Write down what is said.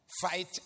Fight